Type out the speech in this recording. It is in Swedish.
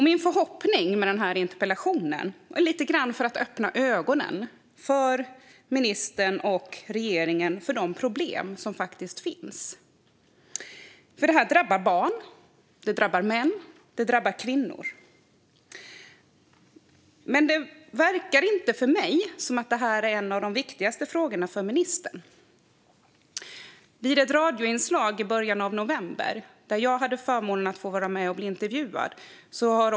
Min förhoppning med interpellationen var lite grann att öppna ministerns och regeringens ögon för de problem som faktiskt finns. Detta drabbar barn, det drabbar män och det drabbar kvinnor. Dock verkar det inte för mig som att detta är en av de viktigaste frågorna för ministern. I början av november hade jag förmånen att få bli intervjuad i ett radioinslag.